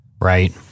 Right